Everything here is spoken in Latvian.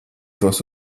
tos